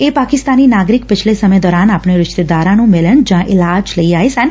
ਇਹ ਪਾਕਿਸਤਾਨੀ ਨਾਗਰਿਕ ਪਿਛਲੇ ਸਮੇਂ ਦੌਰਾਨ ਆਪਣੇ ਰਿਸ਼ਤੇਦਾਰਾਂ ਨੂੰ ਮਿਲਣ ਜਾਂ ਇਲਾਜ ਲਈ ਆਏ ਸਨ